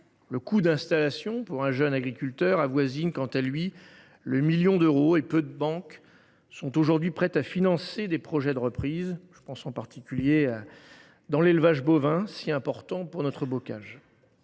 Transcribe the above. Le coût d’installation pour un jeune agriculteur avoisine quant à lui 1 million d’euros et peu de banques sont prêtes à financer des projets de reprise, en particulier dans l’élevage bovin, si important pour notre bocage.